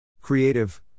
Creative